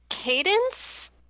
Cadence